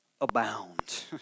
abound